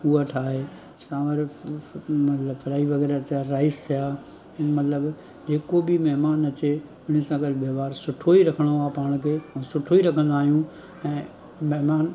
उहो ठाहे चांवर मतलबु फ्राई वग़ैरह थिया राईस थिया मतलबु जेको बि महिमान अचे हुन सां गॾु व्यवहार सुठो ई रखिणो आहे पाण खे ऐं सुठो ई रखंदा आहियूं ऐं महिमान खाई पी